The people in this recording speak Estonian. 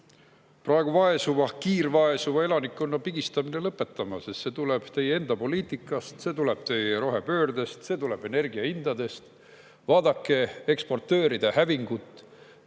praegu vaesuva, kiirvaesuva elanikkonna pigistamine lõpetama, sest see tuleb teie enda poliitikast, see tuleb teie rohepöördest, see tuleb energiahindadest. Vaadake eksportööride hävingut.